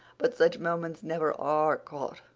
but such moments never are caught,